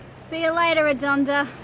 see ya later, redonda.